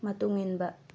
ꯃꯇꯨꯡ ꯏꯟꯕ